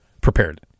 prepared